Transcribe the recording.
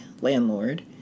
landlord